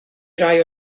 rai